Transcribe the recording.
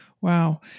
Wow